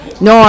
No